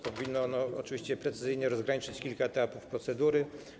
Powinno ono oczywiście precyzyjnie rozgraniczyć kilka etapów procedury.